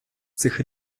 цих